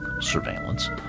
surveillance